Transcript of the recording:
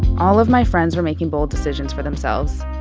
all of my friends were making bold decisions for themselves,